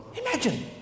Imagine